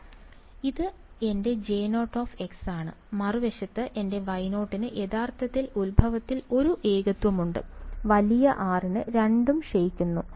അതിനാൽ ഇത് എന്റെ J0 ആണ് മറുവശത്ത് എന്റെ Y0 ന് യഥാർത്ഥത്തിൽ ഉത്ഭവത്തിൽ ഒരു ഏകത്വമുണ്ട് വലിയ r ന് രണ്ടും ക്ഷയിക്കുന്നു